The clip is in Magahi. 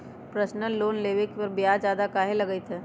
पर्सनल लोन लेबे पर ब्याज ज्यादा काहे लागईत है?